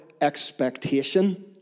expectation